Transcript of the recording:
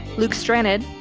luke stranded,